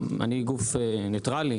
אני גוף ניטרלי,